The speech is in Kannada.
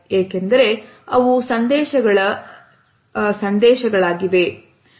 ಏಕೆಂದರೆ ಅವು ಸಂದೇಶಗಳ ಸಂದೇಶಗಳ ಆಗಿವೆ